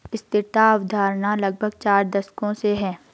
स्थिरता की अवधारणा लगभग चार दशकों से है